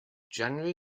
january